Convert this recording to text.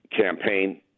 campaign